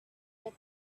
that